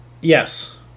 Yes